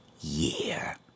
year